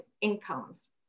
incomes